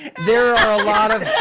there are a lot of,